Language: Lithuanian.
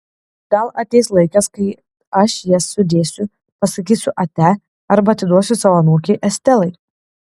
gal ateis laikas kai aš jas sudėsiu pasakysiu ate arba atiduosiu savo anūkei estelai